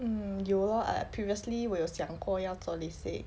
hmm 有 lor I previously 我有想过要做 lasik